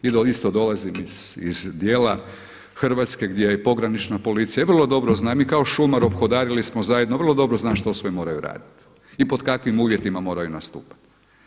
I da isto dolazim iz dijela Hrvatske gdje je i pogranična policija i vrlo dobro znam i kao šumar ophodarili smo zajedno, vrlo dobro znam što sve moraju raditi i pod kakvim uvjetima moraju nastupati.